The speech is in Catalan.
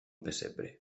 pessebre